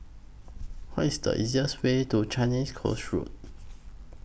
What IS The easiest Way to Changi Coast Road